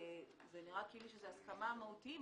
שזה נראה כאילו זו הסכמה מהותיים,